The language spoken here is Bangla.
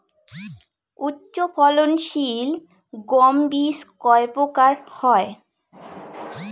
উচ্চ ফলন সিল গম বীজ কয় প্রকার হয়?